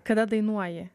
kada dainuoji